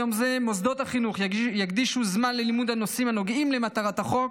ביום זה מוסדות החינוך יקדישו זמן ללימוד הנושאים שנוגעים למטרת החוק,